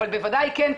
אבל בוודאי כן,